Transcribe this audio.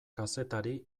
kazetari